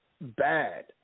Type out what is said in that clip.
bad